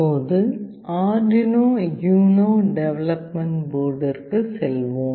இப்போது Arduino UNO development போர்டிற்கு செல்வோம்